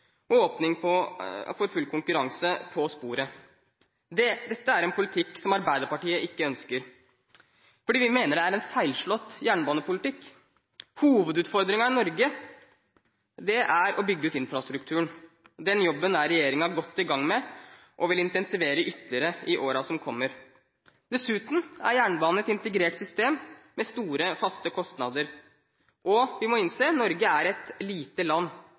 og åpning for full konkurranse på sporet. Dette er en politikk Arbeiderpartiet ikke ønsker, for vi mener det er en feilslått jernbanepolitikk. Hovedutfordringen i Norge er å bygge ut infrastrukturen. Den jobben er regjeringen godt i gang med, og vil intensivere ytterligere, i årene som kommer. Dessuten er jernbanen et integrert system med store, faste kostnader. Vi må innse at Norge er et lite land.